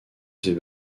ces